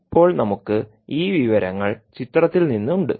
ഇപ്പോൾ നമുക്ക് ഈ വിവരങ്ങൾ ചിത്രത്തിൽ നിന്ന് ഉണ്ട്